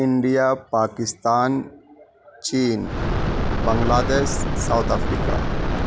India Pakistan چین Bangladesh South افریقہ